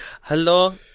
Hello